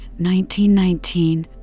1919